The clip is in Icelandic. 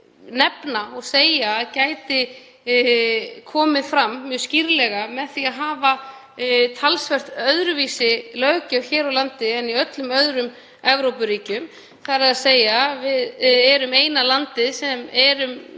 nefna að gæti komið fram mjög skýrt með því að hafa talsvert öðruvísi löggjöf hér á landi en í öllum öðrum Evrópuríkjum, þ.e. við erum eina landið sem erum